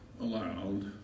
allowed